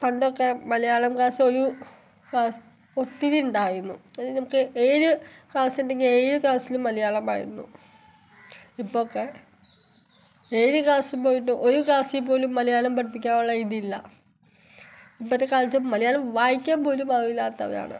പണ്ടൊക്കെ മലയാളം ക്ലാസ്സൊരു ഒത്തിരി ഉണ്ടായിരുന്നു അതായത് നമുക്ക് ഏഴ് ക്ലാസുണ്ടെങ്കിൽ ഏഴ് ക്ലാസ്സിലും മലയാളമായിരുന്നു ഇപ്പൊക്കെ ഏത് ക്ലാസ്സിൽ പോയിട്ടും ഒരു ക്ലാസ്സിൽ പോലും മലയാളം പഠിപ്പിക്കാനുള്ള ഇതില്ല ഇപ്പത്തെ കാലത്ത് മലയാളം വായിക്കാൻ പോലും അറിവില്ലാത്തവരാണ്